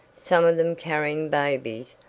some of them carrying babies,